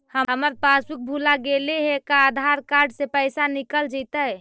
हमर पासबुक भुला गेले हे का आधार कार्ड से पैसा निकल जितै?